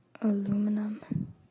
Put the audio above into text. Aluminum